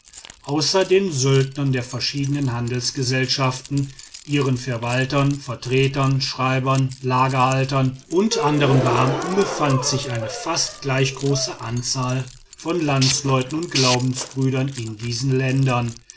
den söldnern der verschiedenen handelsgesellschaften ihren verwaltern vertretern schreibern lagerhaltern und andern beamten befand sich eine fast gleichgroße anzahl von landsleuten und glaubensbrüdern in diesen ländern